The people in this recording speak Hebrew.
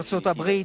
ארצות-הברית,